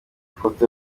foto